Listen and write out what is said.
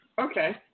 Okay